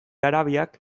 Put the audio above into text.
arabiak